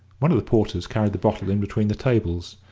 one of the porters carried the bottle in between the tables,